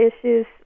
issues